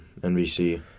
NBC